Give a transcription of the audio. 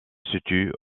situe